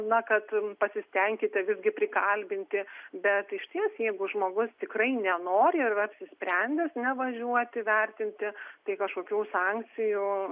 na kad pasistenkite visgi prikalbinti bet išties jeigu žmogus tikrai nenori ir apsisprendęs nevažiuoti vertinti tai kažkokių sankcijų